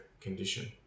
condition